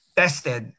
tested